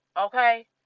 okay